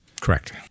Correct